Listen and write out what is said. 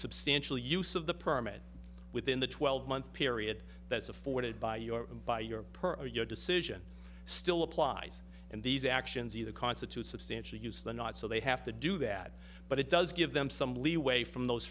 substantial use of the permit within the twelve month period that's afforded by your by your per your decision still applies and these actions either constitute substantial use the not so they have to do that but it does give them some leeway from those